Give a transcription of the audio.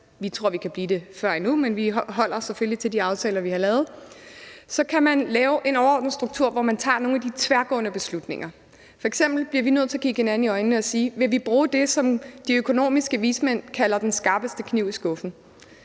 Vi tror, vi kan blive det endnu før, men vi holder os selvfølgelig til de aftaler, vi har lavet. Så kan man lave en overordnet struktur, hvor man tager nogle af de tværgående beslutninger. F.eks. bliver vi nødt til at kigge hinanden i øjnene og sige: Vil vi bruge det, som de økonomiske vismænd kalder den skarpeste kniv i skuffen